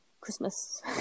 Christmas